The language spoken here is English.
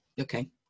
Okay